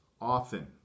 often